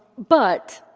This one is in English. but